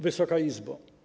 Wysoka Izbo!